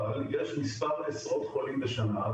אבל יש מספר עשרות חולים בשנה,